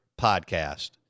podcast